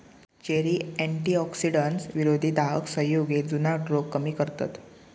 cherry antioxidants, विरोधी दाहक संयुगे, जुनाट रोग कमी करतत